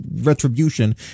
Retribution